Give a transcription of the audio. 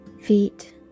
feet